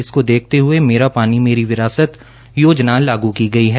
इसको देखते हुए मेरा पानी मेरी विरासत योजना लागू की गई है